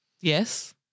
Yes